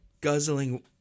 guzzling